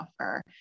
offer